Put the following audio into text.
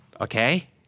okay